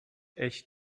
echt